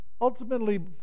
Ultimately